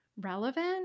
relevant